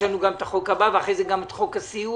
יש לנו גם החוק הבא ואז חוק הסיוע.